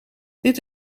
dat